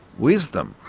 wisdom.